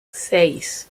seis